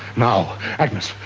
now. agnes,